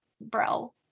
bro